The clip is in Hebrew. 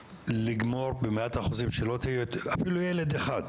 לגמור במאת האחוזים ואסור שבצומת יעבוד אפילו ילד אחד.